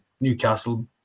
Newcastle